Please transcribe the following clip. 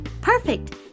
Perfect